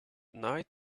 night